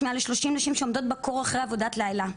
מעל ל-30 נשים שעומדות בקור אחרי עבודת לילה,